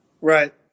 Right